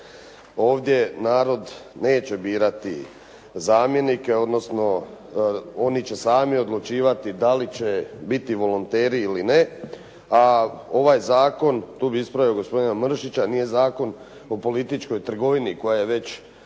Ovdje narod neće birati zamjenike odnosno oni će sami odlučivati da li će biti volonteri ili ne. A ovaj, tu bi ispravio gospodina Mršića, nije zakon o političkoj trgovini koja je već